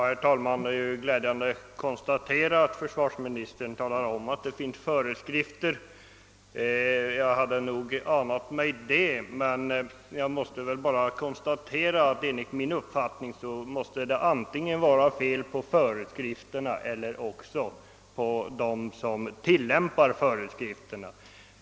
Herr talman! Det är ju glädjande att konstatera att försvarsministern talar om att det finns föreskrifter. Jag hade nog anat det, men jag måste konstatera, att enligt min uppfattning måste det antingen vara fel på föreskrifterna eller också på dem som tillämpar föreskrifterna.